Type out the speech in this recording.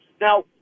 Now